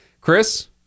Chris